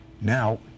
Now